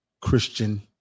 Christian